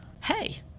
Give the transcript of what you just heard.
hey